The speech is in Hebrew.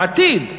בעתיד,